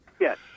Yes